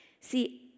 See